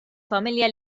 familja